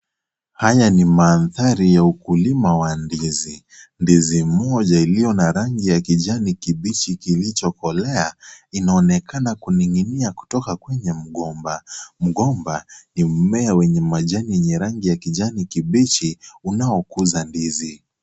Haya ni mandhari ya ukulima wa ndizi, ndizi mmoja iliyo na rangi ya kijani kibichi kilicho kolea inaonekana kuninginia kutoka kwenye mgomba, mgomba ni mmea wenye mmea wa rangi ya kijani kibichi unaokuza ndizi.